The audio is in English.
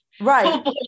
Right